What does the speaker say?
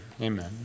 amen